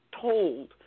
told